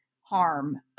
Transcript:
harm